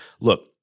Look